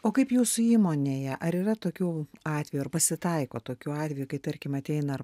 o kaip jūsų įmonėje ar yra tokių atvejų ar pasitaiko tokių atvejų kai tarkim ateina ar